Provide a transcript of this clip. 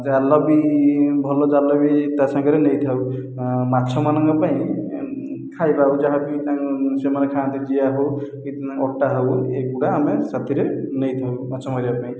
ଜାଲ ବି ଭଲ ଜାଲ ବି ତା' ସାଙ୍ଗରେ ନେଇଥାଉ ମାଛମାନଙ୍କ ପାଇଁ ଖାଇବାକୁ ଯାହାବି ତାଙ୍କ ସେମାନେ ଖାଆନ୍ତି ଜିଆ ହେଉ କି ଅଟା ହେଉ ଏଗୁଡ଼ା ଆମେ ସାଥିରେ ନେଇଥାଉ ମାଛ ମାରିବା ପାଇଁ